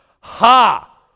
Ha